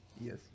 Yes